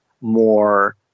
more